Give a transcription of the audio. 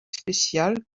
spéciale